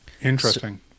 Interesting